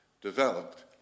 developed